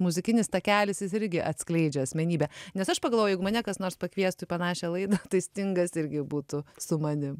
muzikinis takelis jis irgi atskleidžia asmenybę nes aš pagalvojau jeigu mane kas nors pakviestų į panašią laidą tai stingas irgi būtų su manim